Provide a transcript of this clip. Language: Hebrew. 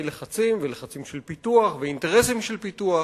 לחצים ולחצים של פיתוח ואינטרסים של פיתוח.